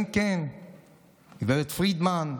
כן, כן, גב' פרידמן.